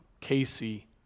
Casey